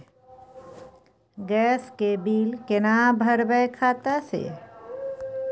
Gas के bill केना भरबै खाता से?